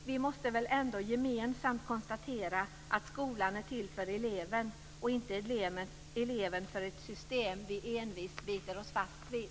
Vi måste väl ändå gemensamt konstatera att skolan är till för eleven och att eleven inte är till för ett system som vi envist biter oss fast vid.